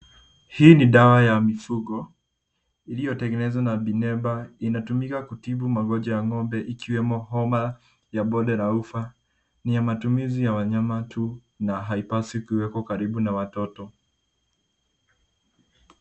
Hii ni dawa ya mifugo iliyotengenezwa na Bimeda inatengenezwa kutibu magonjwa ya ngombe ikiwemo homa ya bonde la ufa ni ya matumizi ya wanyama tu na haipaswi kuwekwa karibu na watoto.